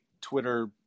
twitter